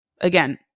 again